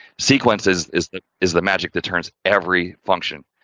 sequence is is that, is the magic that turns every function,